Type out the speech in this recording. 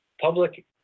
Public